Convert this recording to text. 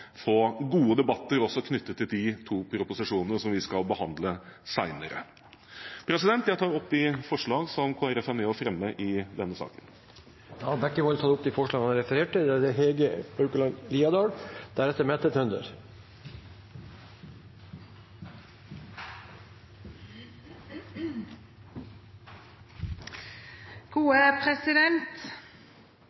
få gode debatter også knyttet til de to proposisjonene som vi skal behandle senere. Jeg tar opp de forslag som Kristelig Folkeparti er med og fremmer i denne saken. Representanten Geir Jørgen Bekkevold har tatt opp de forslagene han refererte til.